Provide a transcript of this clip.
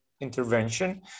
intervention